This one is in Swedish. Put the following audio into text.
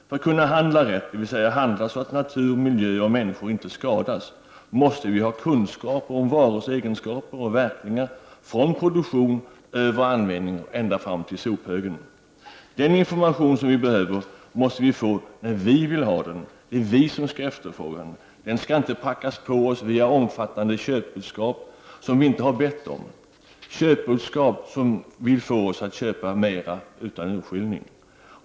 För att kunna handla rätt — dvs. handla så att natur, miljö och människor inte skadas — måste vi ha kunskaper om varors egenskaper och verkningar från produktion över användning och ända fram till sophögen. Den information som vi behöver måste vi få när vi vill ha den. De är vi som skall efterfråga den. Den skall inte prackas på oss via omfattande köpbudskap som vi inte har bett om — köpbudskap som får oss att köpa mer utan urskillning.